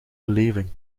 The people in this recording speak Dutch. beleving